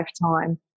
lifetime